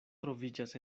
troviĝas